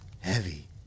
heavy